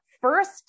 first